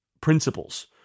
principles